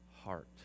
heart